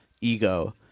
ego